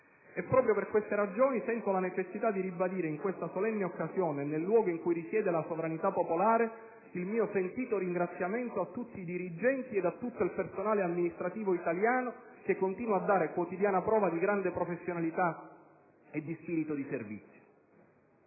Proprio per queste ragioni, sento la necessità di ribadire, in questa solenne occasione e nel luogo in cui risiede la sovranità popolare, il mio sentito ringraziamento a tutti i dirigenti e a tutto il personale amministrativo, che continua a dare quotidiana prova di grande professionalità e di spirito di servizio.